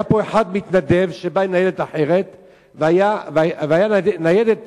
היה פה מתנדב שבא עם ניידת אחרת, והיתה ניידת